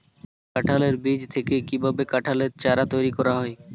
কাঁঠালের বীজ থেকে কীভাবে কাঁঠালের চারা তৈরি করা হয়?